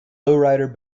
lowrider